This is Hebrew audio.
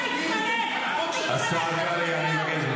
אני אהיה באופוזיציה ואני לא אמכור את